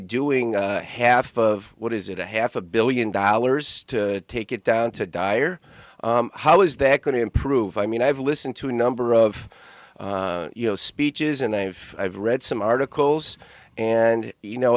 doing half of what is it a half a billion dollars to take it down to die or how is that going to improve i mean i've listened to a number of you know speeches and i've i've read some articles and you know